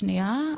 שנייה,